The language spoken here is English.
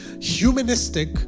humanistic